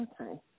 Okay